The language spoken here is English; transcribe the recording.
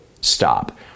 stop